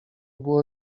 było